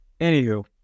Anywho